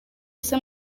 ese